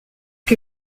que